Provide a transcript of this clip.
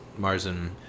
Marzen